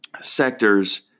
sectors